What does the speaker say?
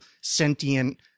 sentient